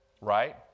right